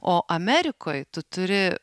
o amerikoj tu turi